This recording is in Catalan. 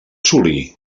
assolir